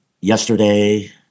Yesterday